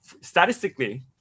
statistically